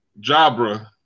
Jabra